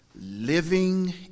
living